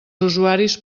usuaris